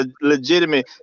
legitimate